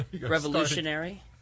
revolutionary